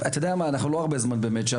אתה יודע מה אנחנו לא הרבה זמן באמת,